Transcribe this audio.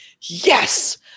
yes